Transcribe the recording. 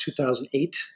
2008